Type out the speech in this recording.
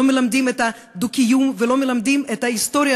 לא מלמדים את הדו-קיום ולא מלמדים את ההיסטוריה